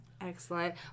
Excellent